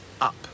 up